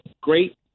great